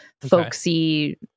folksy